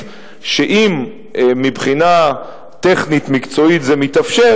שאם מבחינה טכנית מקצועית זה מתאפשר,